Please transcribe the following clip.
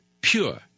pure